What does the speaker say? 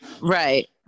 Right